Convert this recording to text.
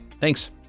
Thanks